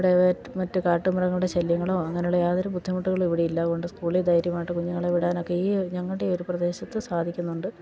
ഇവിടെ മറ്റ് കാട്ടുമൃഗങ്ങളുടെ ശല്യങ്ങളോ അങ്ങനെയുള്ള യാതൊരു ബുദ്ധിമുട്ടുകളോ ഇവിടെ ഇല്ലാ അതു കൊണ്ട് സ്കൂളിൽ ധൈര്യമായിട്ട് കുഞ്ഞുങ്ങളെ വിടാനൊക്കെ ഈ ഞങ്ങളുടെ ഈ ഒരു പ്രദേശത്ത് സാധിക്കുന്നുണ്ട്